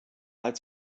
als